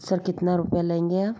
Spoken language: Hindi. सर कितना रुपया लेंगे आप